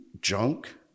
junk